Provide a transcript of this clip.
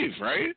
right